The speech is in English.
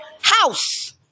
house